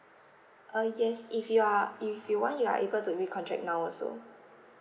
uh yes if you are if you want you are able to recontract now also